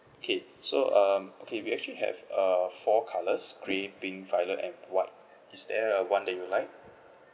K so um okay we actually have uh four colours grey pink violet and white is there uh one that you like